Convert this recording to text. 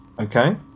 Okay